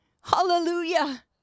hallelujah